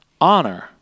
honor